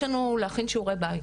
יש לנו להכין שעורי בית,